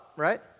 Right